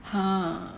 !huh!